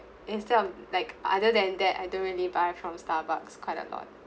instead of like other than that I don't really buy from Starbucks quite a lot